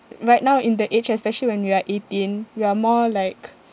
right now in the age especially when we are eighteen we are more like